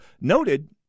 noted